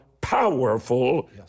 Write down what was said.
powerful